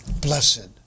Blessed